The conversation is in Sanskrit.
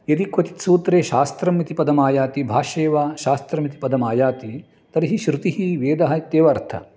यदि क्वचित् सूत्रे शास्त्रम् इति पदमायाति भाष्ये वा शास्त्रमिति पदम् आयाति तर्हि श्रुतिः वेदः इत्येव अर्थः